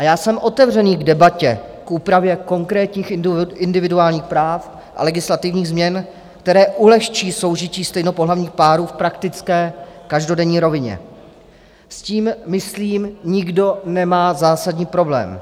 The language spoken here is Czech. Já jsem otevřený k debatě k úpravě konkrétních individuálních práv a legislativních změn, které ulehčí soužití stejnopohlavních párů v praktické každodenní rovině, s tím myslím nikdo nemá zásadní problém.